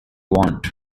want